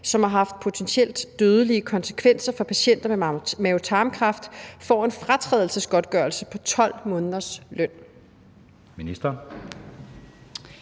som har haft potentielt dødelige konsekvenser for patienter med mave-tarm-kræft, får en fratrædelsesgodtgørelse på 12 måneders løn?